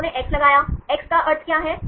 उन्होंने x लगाया x का अर्थ क्या है